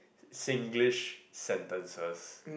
Singlish sentences